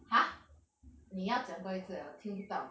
!huh! 你要讲多一次 ah 我听不到